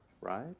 right